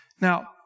Now